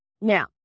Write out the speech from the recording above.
Now